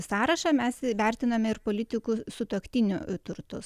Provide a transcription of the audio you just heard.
sąrašą mes įvertiname ir politikų sutuoktinių turtus